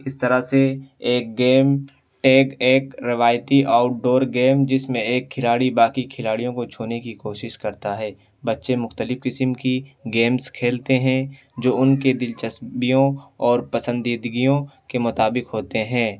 اس طرح سے ایک گیم ٹیگ ایک روایتی آؤٹ ڈور گیم جس میں ایک کھلاڑی باقی کھلاڑیوں کو چھونے کی کوشس کرتا ہے بّچے مختلف قسم کی گیمس کھیلتے ہیں جو ان کے دلچسپیوں اور پسندیدگیوں کے مطابق ہوتے ہیں